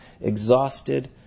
exhausted